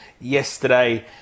yesterday